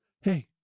Hey